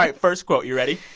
like first quote, you ready?